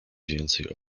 więcej